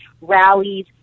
rallies